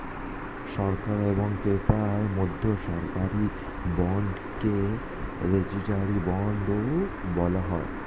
সরকার এবং ক্রেতার মধ্যে সরকারি বন্ডকে ট্রেজারি বন্ডও বলা হয়